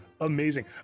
Amazing